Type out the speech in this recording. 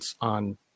on